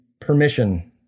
permission